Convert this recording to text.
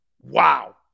Wow